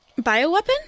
Bioweapon